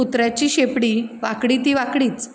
कुत्र्याची शेपडी वांकडी ती वांकडीच